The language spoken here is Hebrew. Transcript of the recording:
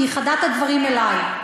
היא ייחדה את הדברים אלי.